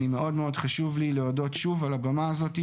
מאוד מאוד חשוב לי להודות שוב על הבמה הזאת.